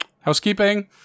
housekeeping